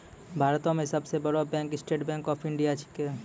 भारतो मे सब सं बड़ो bank state bank of India छिकै